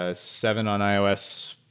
ah seven on ios,